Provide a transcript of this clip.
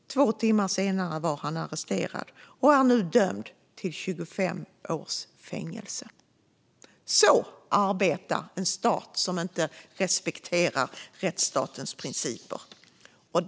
Två timmar senare var han arresterad, och han är nu dömd till 25 års fängelse. Så arbetar en stat som inte respekterar rättsstatens principer.